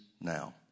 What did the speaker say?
now